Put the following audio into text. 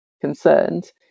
concerned